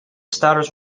stutters